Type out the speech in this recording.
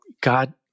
God